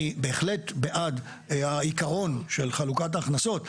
אני בהחלט בעד העיקרון של חלוקת ההכנסות,